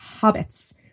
hobbits